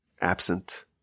absent